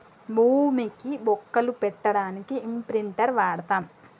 భూమికి బొక్కలు పెట్టడానికి ఇంప్రింటర్ వాడతం